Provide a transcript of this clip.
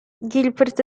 gilbert